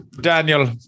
Daniel